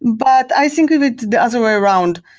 but i think of it the other way around.